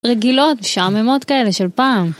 רגילות, משעממות כאלה של פעם.